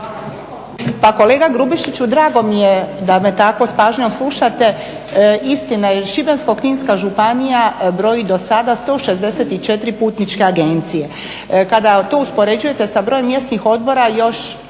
Pa kolega Grubišiću drago mi je da me tako s pažnjom slušate, istina je jer Šibensko-kninska županija broji do sada 164 putničke agencije. Kada to uspoređujete sa brojem mjesnih odbora ne